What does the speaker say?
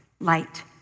light